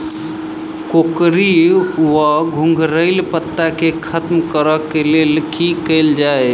कोकरी वा घुंघरैल पत्ता केँ खत्म कऽर लेल की कैल जाय?